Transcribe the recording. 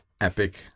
epic